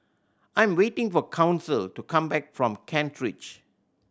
I am waiting for Council to come back from Kent Ridge